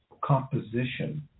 composition